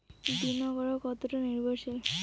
বীমা করা কতোটা নির্ভরশীল?